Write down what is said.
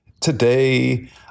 today